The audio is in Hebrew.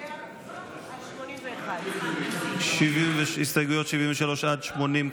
להצביע על 81. הסתייגויות 73 80,